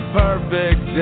perfect